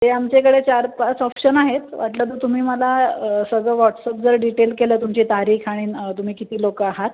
ते आमच्या इकडे चारपाच ऑप्शन आहेत वाटलं तर तुम्ही मला सगळं व्हॉट्सअप जर डीटेल केलं तुमची तारीख आणिन तुम्ही किती लोक आहात